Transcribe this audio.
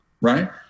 right